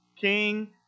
King